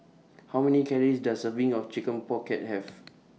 How Many Calories Does A Serving of Chicken Pocket Have